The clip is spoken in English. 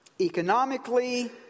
economically